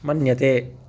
मन्यते